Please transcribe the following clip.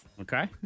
Okay